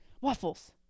waffles